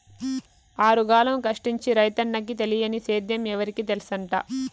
ఆరుగాలం కష్టించి రైతన్నకి తెలియని సేద్యం ఎవరికి తెల్సంట